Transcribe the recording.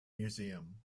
museum